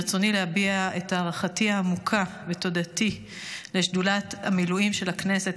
ברצוני להביע את הערכתי העמוקה ותודתי לשדולת המילואים של הכנסת,